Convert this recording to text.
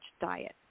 diet